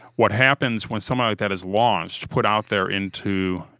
what happens when someone like that is launched, put out there into,